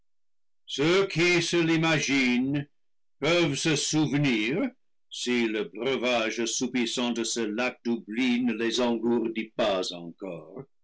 qui se l'imaginent peuvent se souvenir si le breuvage assou pissant de ce lac d'oubli ne les engourdit pas encore